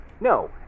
No